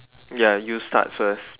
ya you start first